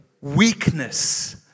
weakness